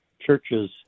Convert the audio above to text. churches